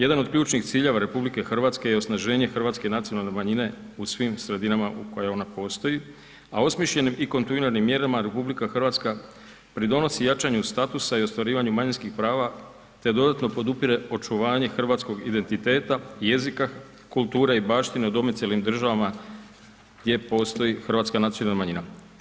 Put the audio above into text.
Jedna od ključnih ciljeva RH je osnaženje hrvatske nacionalne manjine u svim sredinama u kojima ona postoji, a osmišljenim i kontinuiranim mjerama RH pridonosi jačanju statusa i ostvarivanju manjinskih prava te dodatno podupire očuvanje hrvatskog identiteta, jezika, kulture i baštine u domicilnim država gdje postoji hrvatska nacionalna manjina.